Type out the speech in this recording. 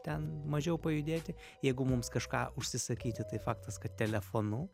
ten mažiau pajudėti jeigu mums kažką užsisakyti tai faktas kad telefonu